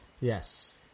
Yes